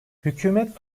hükümet